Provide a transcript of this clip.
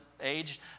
age